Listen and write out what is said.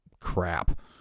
crap